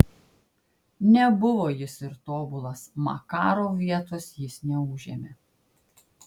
nebuvo jis ir tobulas makarov vietos jis neužėmė